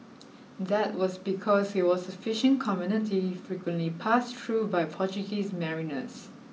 that was because it was a fishing community frequently passed through by Portuguese mariners